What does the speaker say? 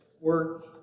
work